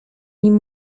nim